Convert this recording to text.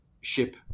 ship